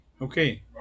Okay